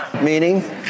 Meaning